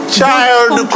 child